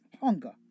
hunger